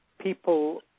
People